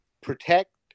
protect